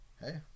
Hey